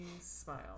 Smile